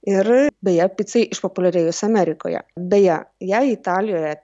ir beje picai išpopuliarėjus amerikoje beje jei italijoje